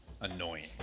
annoying